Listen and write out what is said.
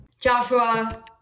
Joshua